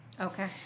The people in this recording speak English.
okay